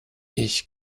ich